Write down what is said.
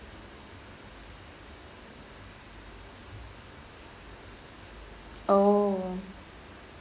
oh